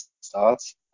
starts